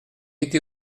été